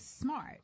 smart